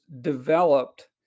developed